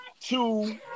two